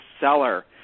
seller